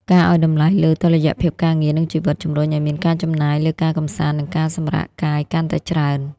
ការឱ្យតម្លៃលើ "តុល្យភាពការងារ និងជីវិត" ជម្រុញឱ្យមានការចំណាយលើការកម្សាន្ត និងការសម្រាកកាយកាន់តែច្រើន។